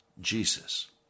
Jesus